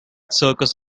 circus